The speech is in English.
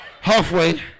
halfway